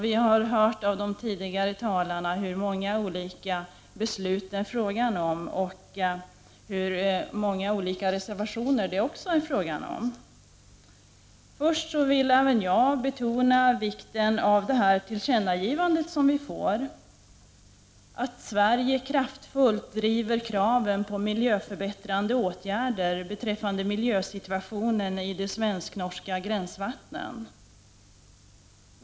Vi har av tidigare talare hört hur många olika beslut det är fråga om och också hur många olika reservationer det är fråga om. Även jag vill betona vikten av tillkännagivandet i betänkandet, att Sverige kraftfullt driver kraven på miljöförbättrande åtgärder beträffande miljösituationen i de svensk-norska gränsvattnen.